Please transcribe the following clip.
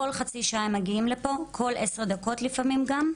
כל חצי שעה הם מגיעים לפה, כל עשר דקות לפעמים גם,